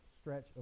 stretch